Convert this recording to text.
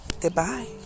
Goodbye